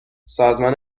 سازمان